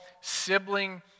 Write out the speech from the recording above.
sibling